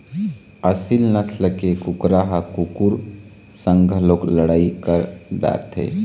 एसील नसल के कुकरा ह कुकुर संग घलोक लड़ई कर डारथे